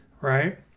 Right